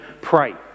pray